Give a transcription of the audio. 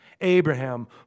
Abraham